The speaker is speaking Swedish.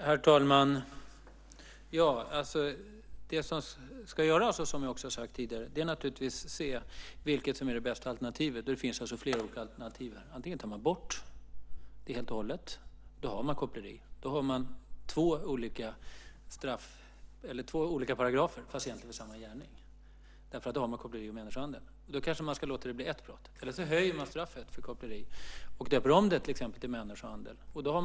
Herr talman! Det som ska göras, vilket jag också har sagt tidigare, är naturligtvis att se efter vilket som är det bästa alternativet. Det finns flera olika alternativ. Antingen tar man bort detta helt och hållet, och då har man koppleri. Då har man två olika paragrafer, fast det egentligen är samma gärning. Då har man koppleri med människohandel, och då kanske man ska låta det bli ett brott. Man kan också höja straffet för koppleri och döper om det till människohandel, till exempel.